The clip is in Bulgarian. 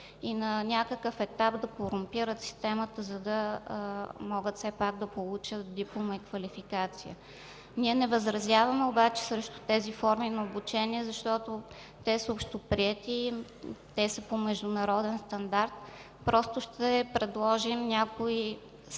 и на някакъв етап да корумпират системата, за да могат все пак да получат диплома и квалификация. Ние не възразяваме обаче срещу тези форми на обучение, защото те са общоприети, те са по международен стандарт. Просто ще предложим някои стопери,